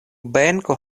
benko